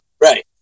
Right